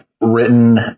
written